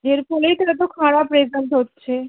এর ফলেই তো এতো খারাপ রেজাল্ট হচ্ছে